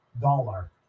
dollar